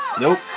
nope